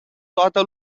toată